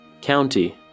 County